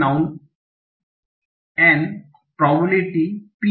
noun N probability P